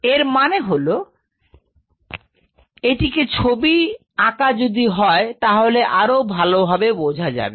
এর মানে হলো এটিকে ছবি আঁকা যদি হয় তাহলে আরো ভালোভাবে বোঝা যাবে